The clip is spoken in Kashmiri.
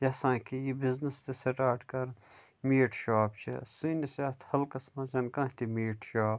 یَژھان کہِ یہِ بِزنیٚس تہِ سٹارٹ کَرُن میٖٹ شاپ چھُ سٲنِس یَتھ حَلقَس منٛز کانٛہہ تہِ میٖٹ شاپ